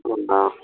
انند